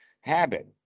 habit